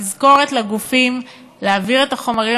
בתזכורת לגופים להעביר את החומרים